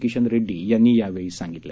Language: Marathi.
किशन रेड्डी यांनी यावेळी सांगितलं